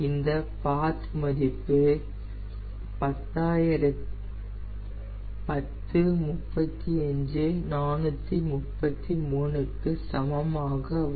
இந்த பாத் மதிப்பு 1035433 க்கு சமமாக வரும்